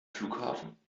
flughafen